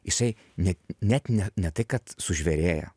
jisai ne net ne ne tai kad sužvėrėja